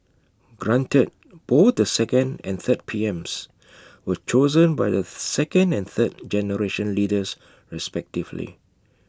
granted both the second and third PMs were chosen by the second and third generation leaders respectively